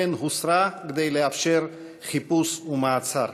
אכן הוסרה, כדי לאפשר חיפוש ומעצר.